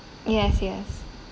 yes yes